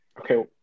Okay